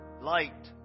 light